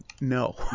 no